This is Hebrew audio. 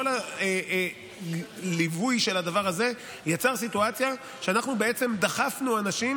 כל הליווי של הדבר הזה יצר סיטואציה שבה אנחנו בעצם דחפנו אנשים